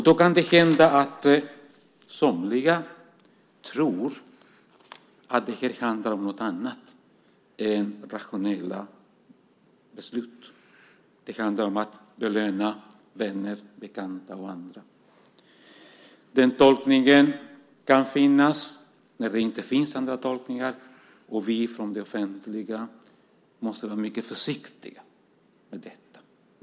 Då kan det hända att somliga tror att detta handlar om någonting annat än rationella beslut, att det handlar om att belöna vänner, bekanta och andra. Den tolkningen kan finnas när det inte finns andra tolkningar. Och vi från det offentliga måste vara mycket försiktiga med detta.